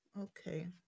Okay